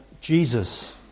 Jesus